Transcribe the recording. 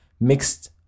mixed